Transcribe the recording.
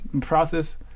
process